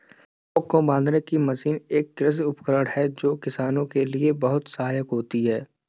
लावक को बांधने की मशीन एक कृषि उपकरण है जो किसानों के लिए बहुत सहायक होता है